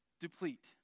deplete